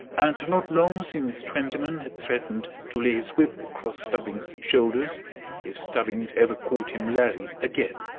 and not long since twentyman had threatened to lay his whip across stubbings' shoulders if stubbings ever called him larry again.